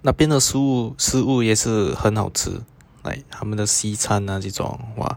那边的食物食物也是很好吃 like 他们的西餐 ah 这种 !wah!